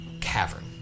cavern